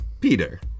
Peter